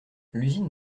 l’usine